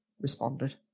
responded